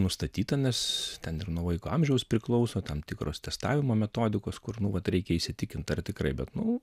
nustatyta nes ten ir nuo vaiko amžiaus priklauso tam tikros testavimo metodikos kur nu vat reikia įsitikint ar tikrai bet nu